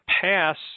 pass